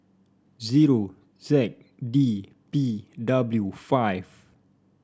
zero Z D P W five